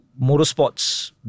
motorsports